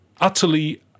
utterly